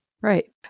Right